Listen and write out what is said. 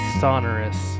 sonorous